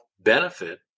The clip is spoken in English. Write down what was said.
benefit